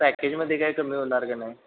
पॅकेजमध्ये काय कमी होणार की नाही